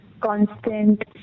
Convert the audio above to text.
constant